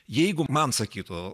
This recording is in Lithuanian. jeigu man sakytų